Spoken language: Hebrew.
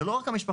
זו לא רק המשפחה,